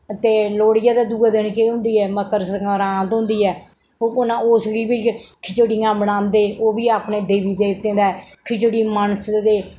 ते लोह्ड़िये दे दुऐ दिन केह् होंदी ऐ मकर सक्रान्त होंदी ऐ ओह् केह् नां उस गी बी खिचड़ियां बनांदे ओ बी अपने देवी देवतें दे खिचड़ी मनसदे